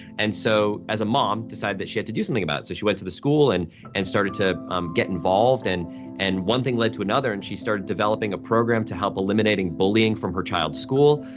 and so as a mom, decided that she had to do something about it, so she went to the school and and started to um get involved and and one thing lead to another and she started developing a program to help eliminating bullying from her child's school,